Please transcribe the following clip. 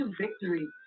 victory